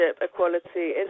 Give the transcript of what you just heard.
equality